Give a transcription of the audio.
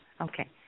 Okay